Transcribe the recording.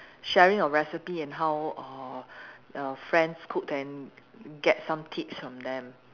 sharing a recipe and how err err friends cook and get some tips from them